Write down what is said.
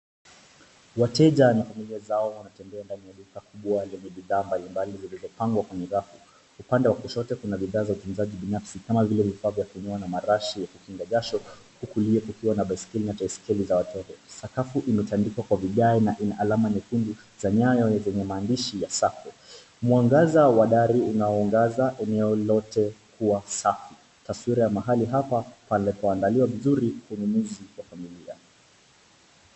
Wateja na familia zao wanatembea ndani ya duka kubwa lenye bidhaa mbalimbali zilizopangwa kwenye rafu. Upande wa kushoto kuna bidhaa za utunzaji binafsi kama vile vifaa vya kunyoa na marashi ya kukinga jasho huku eneo likiwa na baiskeli za watoto. Sakafu imetandikwa kwa vigae na ina alama nyekundu za nyayo zenye maandishi ya Sacco. Mwangaza wa dari unaoangaza eneo lote kuwa safi, taswira ya mahali hapa unapoangalia vizuri ununuzi wa familia.